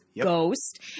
ghost